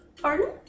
Pardon